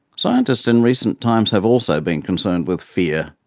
scientists in recent times have also been concerned with fear.